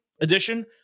edition